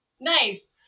Nice